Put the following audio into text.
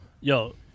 yo